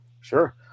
Sure